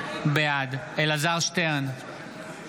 בעד אלעזר שטרן,